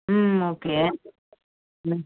ம் ஓகே ம்